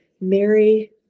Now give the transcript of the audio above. Mary